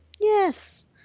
Yes